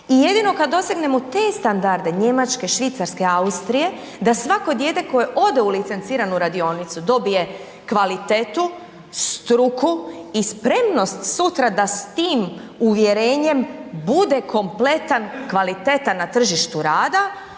i jedino kad dosegnemo te standarde, Njemačke, Švicarske, Austrije, da svako dijete koje ode u licenciranu radionicu dobije kvalitetu, struku i spremnost sutra da s tim uvjerenjem bude kompletan, kvalitetan na tržištu rada,